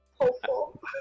Hopeful